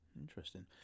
Interesting